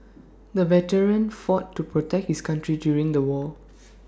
the veteran fought to protect his country during the war